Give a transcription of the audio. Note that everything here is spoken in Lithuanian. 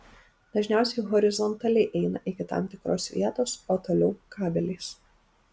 dažniausiai horizontaliai eina iki tam tikros vietos o toliau kabeliais